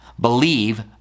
believe